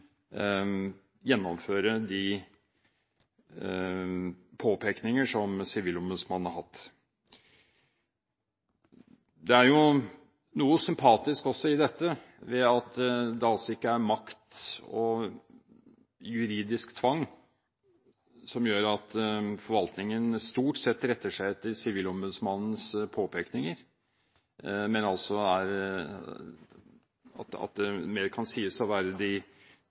gjennomføre de påpekninger som Sivilombudsmannen har hatt. Det er jo noe sympatisk også i dette, ved at det altså ikke er makt og juridisk tvang som gjør at forvaltningen stort sett retter seg etter Sivilombudsmannens påpekninger, men at det mer kan sies å være de